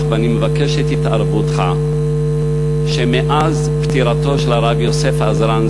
ואני מבקש את התערבותך בכך שמאז פטירתו של הרב יוסף עזרן,